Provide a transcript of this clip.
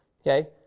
okay